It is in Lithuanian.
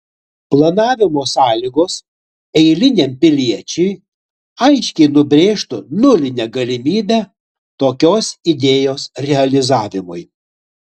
planavimo sąlygos eiliniam piliečiui aiškiai nubrėžtų nulinę galimybę tokios idėjos realizavimui